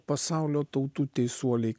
pasaulio tautų teisuoliai